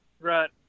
Right